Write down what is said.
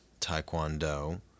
taekwondo